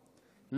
למעשה,